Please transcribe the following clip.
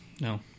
No